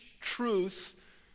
truth